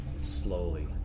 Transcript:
slowly